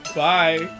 bye